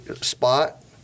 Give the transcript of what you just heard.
spot